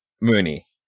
Mooney